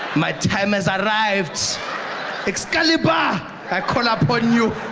my time has arrived excalibur, i call apon you